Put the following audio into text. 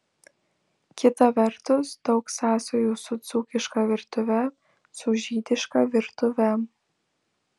kita vertus daug sąsajų su dzūkiška virtuve su žydiška virtuve